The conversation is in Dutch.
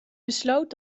besloot